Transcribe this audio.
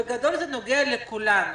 בגדול, זה נוגע לכולנו.